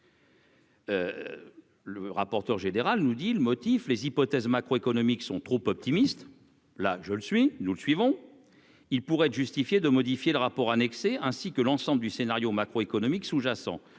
Le rapporteur général, nous dit le motif les hypothèses macro-économiques sont trop optimistes, là, je le suis, nous le suivons, il pourrait être justifié de modifier le rapport annexé ainsi que l'ensemble du scénario macroéconomique sous-jacent,